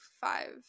five